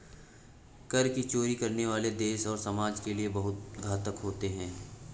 कर की चोरी करने वाले देश और समाज के लिए बहुत घातक होते हैं